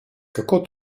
kako